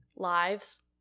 lives